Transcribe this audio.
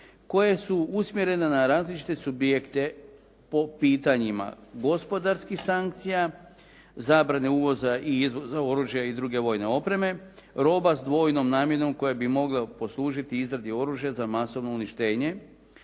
koje su usmjerene na različite subjekte po pitanjima gospodarskih sankcija, zabrane uvoza i izvoza oružja i druge vojne opreme, roba s dvojnom namjenom koja bi mogla poslužiti izradi oružja za masovno uništenje,